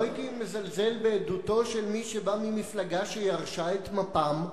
לא הייתי מזלזל בעדותו של מי שבא ממפלגה שירשה את מפ"ם,